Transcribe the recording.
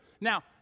Now